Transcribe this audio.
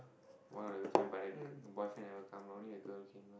one of the girlfriend but the boyfriend never come only the girl came lah